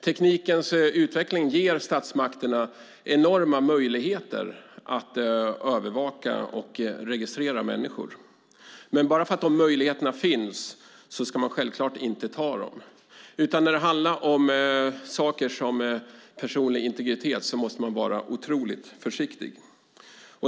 Teknikens utveckling ger statsmakterna enorma möjligheter att övervaka och registrera människor, men bara för att de möjligheterna finns ska man självklart inte använda sig av dem. När det handlar om sådant som personlig integritet måste man vara oerhört försiktig.